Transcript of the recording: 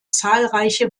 zahlreiche